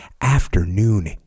afternoon